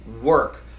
work